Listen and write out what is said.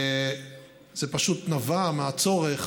זה פשוט נבע מהצורך